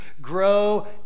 grow